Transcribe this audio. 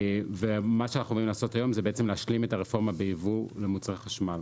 היום אנחנו באים להשלים את הרפורמה ביבוא מוצרי החשמל.